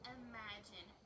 imagine